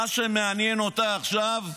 מה שמעניין אותה עכשיו,